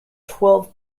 twelve